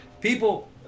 People